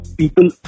people